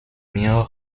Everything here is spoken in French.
mirent